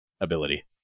ability